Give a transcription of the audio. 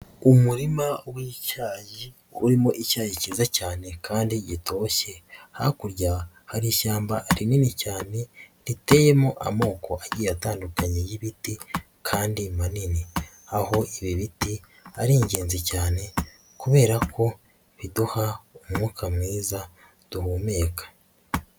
Umurima w'icyayi urimo icyayi kiza cyane kandi gitoshye, hakurya hari ishyamba rinini cyane riteyemo amoko agiye atandukanye y'ibiti kandi manini, aho ibi biti ari ingenzi cyane kubera ko biduha umwuka mwiza duhumeka.